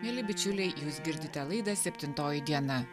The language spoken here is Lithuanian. mieli bičiuliai jūs girdite laidą septintoji diena